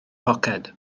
poced